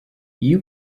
you